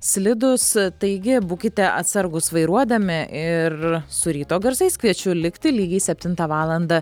slidūs taigi būkite atsargūs vairuodami ir su ryto garsais kviečiu likti lygiai septintą valandą